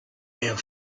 and